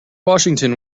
washington